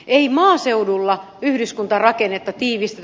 ei maaseudulla yhdyskuntarakennetta tiivistetä